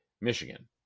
Michigan